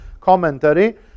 commentary